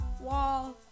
wall